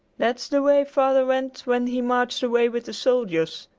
that's the way father went when he marched away with the soldiers,